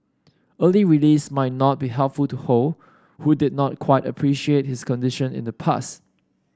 early release might not be helpful to Ho who did not quite appreciate his condition in the past